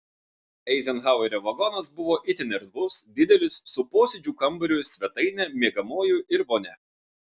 eizenhauerio vagonas buvo itin erdvus didelis su posėdžių kambariu svetaine miegamuoju ir vonia